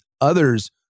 others